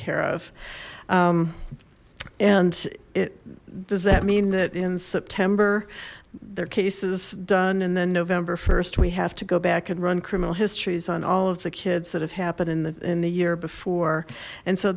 care of and it does that mean that in september their case is done and then november st we have to go back and run criminal histories on all of the kids that have happened in the in the year before and so